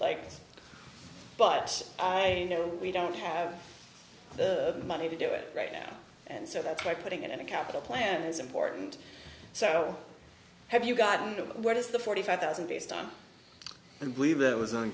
like but i know we don't have the money to do it right now and so that's why putting it in a capital plan is important so have you gotten to where does the forty five thousand based on the believe that was on